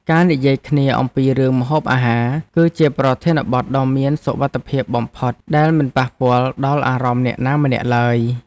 ការនិយាយគ្នាអំពីរឿងម្ហូបអាហារ គឺជាប្រធានបទដ៏មានសុវត្ថិភាពបំផុតដែលមិនប៉ះពាល់ដល់អារម្មណ៍អ្នកណាម្នាក់ឡើយ។